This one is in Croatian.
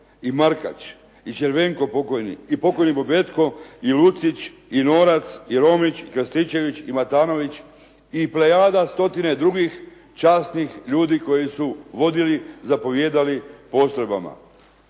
i Markač, i Červenko pokojni, i pokojni Bobetko, i Lucić, i Norac, i Romić, .../Govornik se ne razumije./… i Matanović i plejada stotine drugih časnih ljudi koji su vodili, zapovijedali postrojbama.